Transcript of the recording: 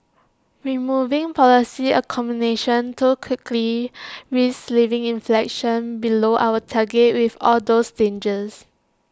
removing policy accommodation too quickly risks leaving inflation below our target with all those dangers